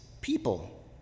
people